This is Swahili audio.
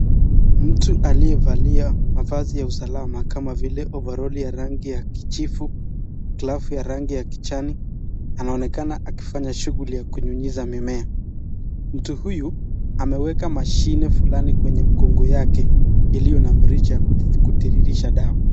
Mtu aliyevalia mavazi ya usalama kama vile ovaroli ya rangi ya kijivu, glavu ya rangi ya kijani anaonekana akifanya shughuli ya kunyunyiza mimea. Mtu huyu ameweka mashine fulani kwenye mgongo wake iliyo na mrija ya kutiririsha dawa.